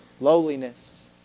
Lowliness